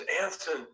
Anson